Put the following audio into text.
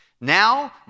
Now